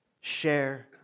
share